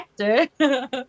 actor